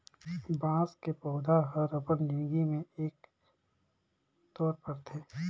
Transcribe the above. बाँस के पउधा हर अपन जिनगी में एके तोर फरथे